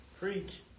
Preach